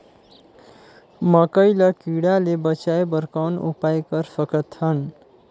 मकई ल कीड़ा ले बचाय बर कौन उपाय कर सकत हन?